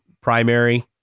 primary